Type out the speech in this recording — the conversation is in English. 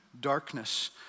darkness